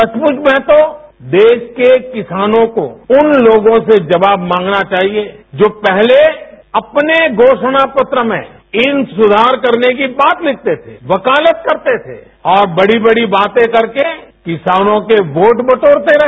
सचमुच में तो देश के किसानों को उन लोगों से जवाब मांगना चाहिये जो पहले अपने घोषणा पत्र में इन सुधार करने की बात लिखते थे वकालत करते थे और बड़ी बड़ी बातें कर के किसानों के वोट बटोरते रहे